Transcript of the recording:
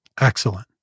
Excellent